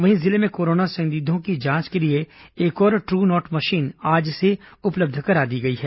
वहीं जिले में कोरोना संदिग्धों की जांच के लिए एक और ट्रू नॉट मशीन आज से उपलब्ध करा दी गई है